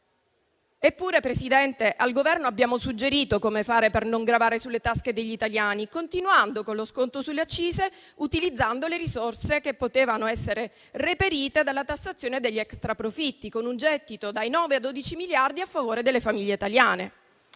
Eppure, Presidente, al Governo abbiamo suggerito come fare per non gravare sulle tasche degli italiani, continuando con lo sconto sulle accise e utilizzando le risorse che potevano essere reperite dalla tassazione degli extra profitti, con un gettito dai 9 ai 12 miliardi a favore delle famiglie italiane.